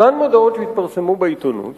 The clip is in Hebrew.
אותן מודעות שהתפרסמו בעיתונות